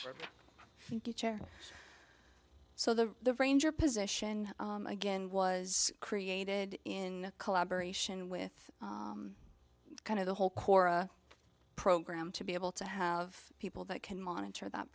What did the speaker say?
for so the ranger position again was created in collaboration with kind of the whole kora program to be able to have people that can monitor th